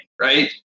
right